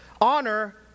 honor